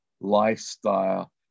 lifestyle